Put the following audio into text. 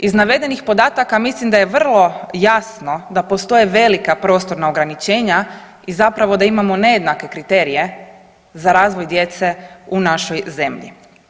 Iz navedenih podataka mislim da je vrlo jasno da postoje velika prostorna ograničenja i zapravo da imamo nejednake kriterije za razvoj djece u našoj zemlji.